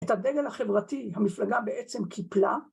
את הדגל החברתי המפלגה בעצם קיפלה